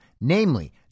namely